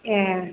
ए